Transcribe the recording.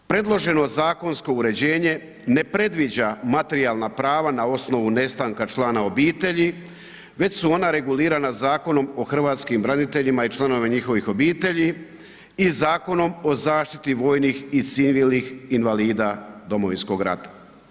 Predloženo zakonsko uređenje ne predviđa materijalna prava na osnovu nestanka člana obitelji već su ona regulirana Zakonom o Hrvatskim braniteljima i članovima njihovih obitelji i Zakonom o zaštiti vojnih i civilnih invalida Domovinskog rata.